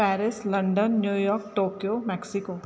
Paris London New York Tokyo Mexico